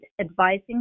advising